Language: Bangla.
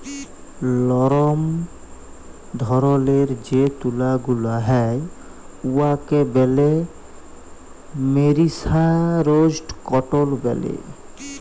লরম ধরলের যে তুলা গুলা হ্যয় উয়াকে ব্যলে মেরিসারেস্জড কটল ব্যলে